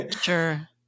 Sure